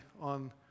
on